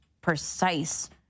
precise